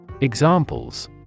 Examples